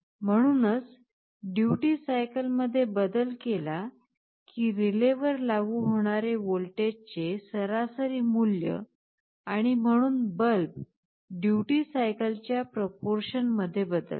म्हणूनच duty cycle मध्ये बदल केला की रिलेवर लागू होणारे व्होल्टेजचे सरासरी मूल्य आणि म्हणून बल्ब ड्युटी सायकलच्या प्रोपोरशन मध्ये बदलते